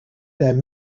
their